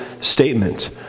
statement